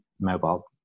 mobile